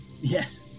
Yes